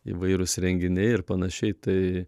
įvairūs renginiai ir panašiai tai